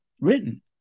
written